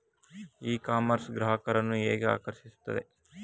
E commerce ಗ್ರಾಹಕರನ್ನು ಹೇಗೆ ಆಕರ್ಷಿಸುತ್ತದೆ?